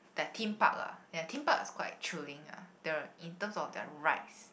that theme park lah their theme park is quite chilling lah the in terms of their rides